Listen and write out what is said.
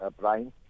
Brian